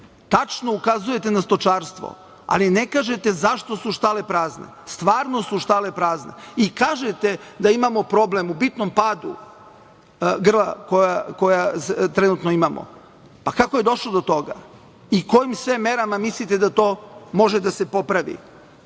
način. Tačno ukazujete na stočarstvo, ali ne kažete zašto su štale prazne. Stvarno su štale prazne. Kažete da imamo problem u bitnom padu grla koja trenutno imamo. Kako je došlo do toga? Kojim sve merama mislite da to može da se popravi?